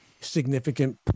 significant